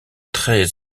très